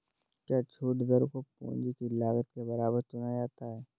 क्या छूट दर को पूंजी की लागत के बराबर चुना जाता है?